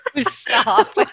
Stop